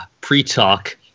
pre-talk